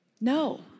No